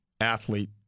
athlete